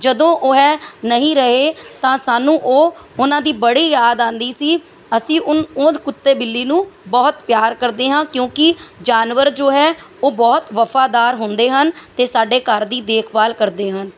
ਜਦੋਂ ਉਹ ਹੈ ਨਹੀਂ ਰਹੇ ਤਾਂ ਸਾਨੂੰ ਉਹ ਉਹਨਾਂ ਦੀ ਬੜੀ ਯਾਦ ਆਉਂਦੀ ਸੀ ਅਸੀਂ ਉਹ ਉਹ ਕੁੱਤੇ ਬਿੱਲੀ ਨੂੰ ਬਹੁਤ ਪਿਆਰ ਕਰਦੇ ਹਾਂ ਕਿਉਂਕਿ ਜਾਨਵਰ ਜੋ ਹੈ ਉਹ ਬਹੁਤ ਵਫਾਦਾਰ ਹੁੰਦੇ ਹਨ ਅਤੇ ਸਾਡੇ ਘਰ ਦੀ ਦੇਖਭਾਲ ਕਰਦੇ ਹਨ